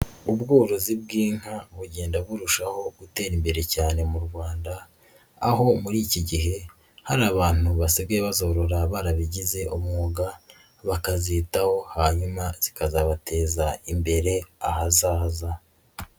Ubworozi bw'inka bugenda burushaho gutera imbere cyane mu Rwanda, aho muri iki gihe hari abantu basigaye bazorora barabigize umwuga bakazitaho, hanyuma bikazabateza imbere ahazaza.